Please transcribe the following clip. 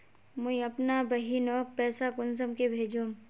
मुई अपना बहिनोक पैसा कुंसम के भेजुम?